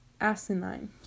Asinine